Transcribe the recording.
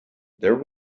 there